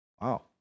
Wow